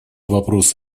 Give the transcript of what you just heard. вопрос